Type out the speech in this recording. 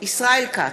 ישראל כץ,